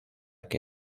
que